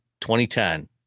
2010